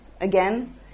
again